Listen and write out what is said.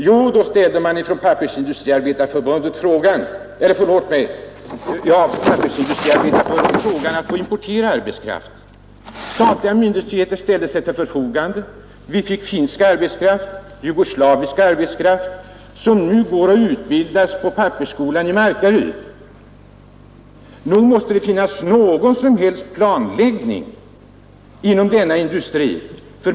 Jo, då begärde Pappersindustriarbetareförbundet att få importera arbetskraft. Statliga myndigheter ställde sig till förfogande, och vi fick hit finsk och jugoslavisk arbetskraft, som nu utbildas på pappersskolan i Markaryd. Nog måste det finnas någon planläggning inom denna industri.